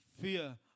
fear